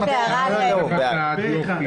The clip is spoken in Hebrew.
בדיוק.